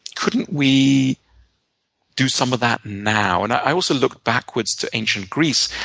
couldn't we do some of that now? and i also look backwards to ancient greece,